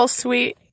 sweet